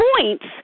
points